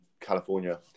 California